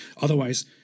Otherwise